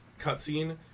cutscene